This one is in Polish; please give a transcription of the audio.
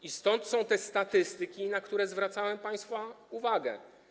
I stąd są te statystyki, na które zwracamy państwa uwagę.